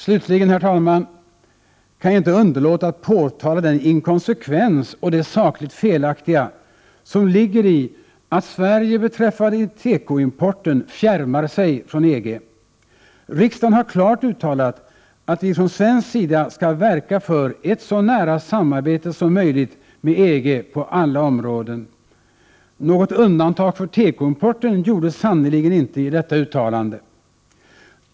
Slutligen, herr talman, kan jag inte underlåta att påtala den inkonsekvens och det sakligt felaktiga, som ligger i att Sverige beträffande tekoimporten fjärmar sig från EG. Riksdagen har klart uttalat att vi från svensk sida skall verka för ett så nära samarbete som möjligt med EG på alla områden. Något undantag för tekoimporten gjordes sannerligen inte i detta uttalande.